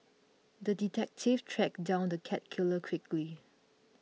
the detective tracked down the cat killer quickly